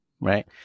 right